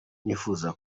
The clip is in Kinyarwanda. nifuza